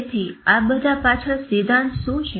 તેથી આ બધા પાછળ સિદ્ધાંત શું છે